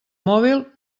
mòbil